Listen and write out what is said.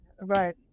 right